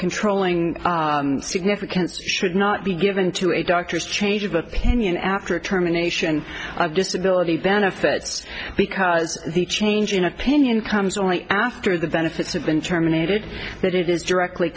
controlling significance should not be given to a doctor's change of opinion after a terminations of disability benefits because the change in opinion comes only after the benefits have been terminated that it is directly